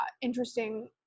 interesting